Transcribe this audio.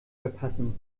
verpassen